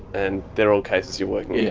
and they're all cases you're working yeah